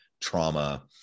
trauma